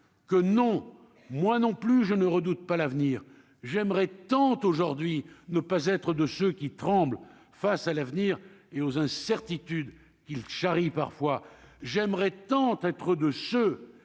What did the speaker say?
que non, moi non plus je ne redoute pas l'avenir, j'aimerais tant aujourd'hui ne pas être de ceux qui tremblent face à l'avenir et aux incertitudes qu'ils charrient parfois j'aimerais tant être de ceux